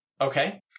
Okay